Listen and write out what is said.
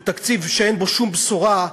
הוא תקציב שאין בו שום בשורה,